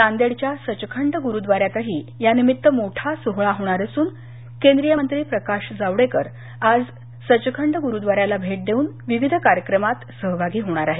नांदेडच्या सचखंड गुरुद्वारातही यानिमित्त मोठा सोहळा होणार असून केंद्रीय मंत्री प्रकाश जावडेकर आज सचखंड गुरुद्वा याला भेट देऊन विविध कार्यक्रमात सहभागी होणार आहेत